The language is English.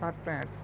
shirt pant